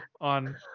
on